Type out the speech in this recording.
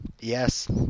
Yes